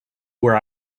where